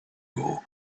bugle